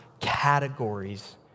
categories